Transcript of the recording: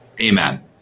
Amen